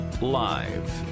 Live